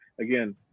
again